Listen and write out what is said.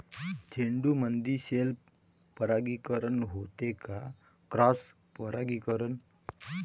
झेंडूमंदी सेल्फ परागीकरन होते का क्रॉस परागीकरन?